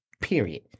period